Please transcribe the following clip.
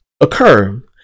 occur